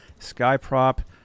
Skyprop